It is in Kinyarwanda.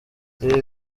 ibi